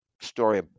story